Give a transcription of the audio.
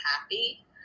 happy